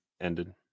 ended